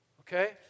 okay